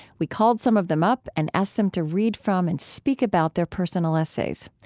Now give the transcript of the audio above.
we called some of them up and asked them to read from and speak about their personal essays.